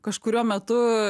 kažkuriuo metu